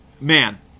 man